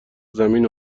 زمین